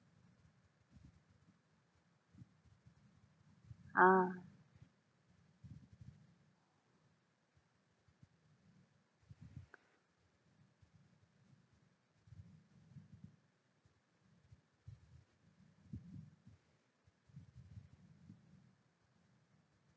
ah